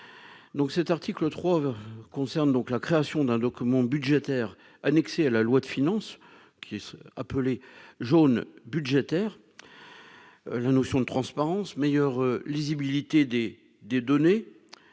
Donc, cet article 3 concerne donc la création d'un document budgétaire annexé à la loi de finances, qui est appelé jaune budgétaire, la notion de transparence meilleure lisibilité des des